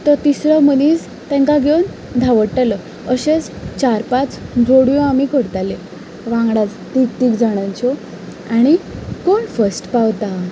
तो तिसरो मनीस तेंकां घेवन धांवडटालो अशेच चार पांच जोड्यो आमी करताले वांगडाच तीग तीग जाणांच्यो आणी कोण फर्स्ट पावता